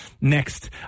next